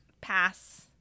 Pass